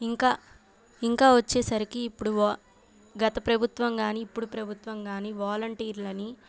ఇంకా ఇంకా వచ్చేసరికి ఇప్పుడు గత ప్రభుత్వం కానీ ఇప్పుడు ప్రభుత్వం కానీ వాలంటీర్లని